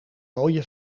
mooie